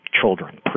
children